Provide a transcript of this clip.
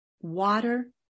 water